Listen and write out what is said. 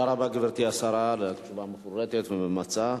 תודה רבה, גברתי השרה, על תשובה מפורטת וממצה.